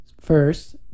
First